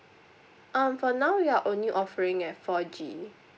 um for now we are only offering at four G